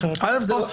לרשות.